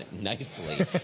nicely